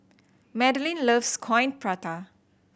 Madelyn loves Coin Prata